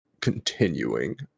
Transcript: continuing